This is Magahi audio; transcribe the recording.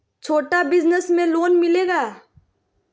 छोटा बिजनस में लोन मिलेगा?